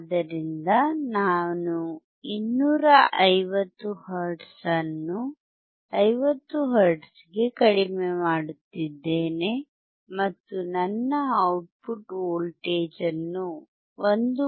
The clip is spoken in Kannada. ಆದ್ದರಿಂದ ನಾನು 250 ಹರ್ಟ್ಜ್ ಅನ್ನು 50 ಹರ್ಟ್ಜ್ಗೆ ಕಡಿಮೆ ಮಾಡುತ್ತಿದ್ದೇನೆ ಮತ್ತು ನನ್ನ ಔಟ್ಪುಟ್ ವೋಲ್ಟೇಜ್ ಅನ್ನು 1